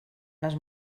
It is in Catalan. les